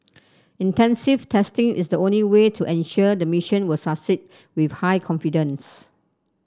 extensive testing is the only way to ensure the mission will succeed with high confidence